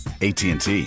ATT